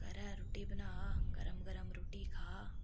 करै रुट्टी बना गर्म गर्म रुट्टी खा